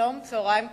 צהריים טובים.